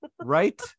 Right